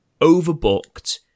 overbooked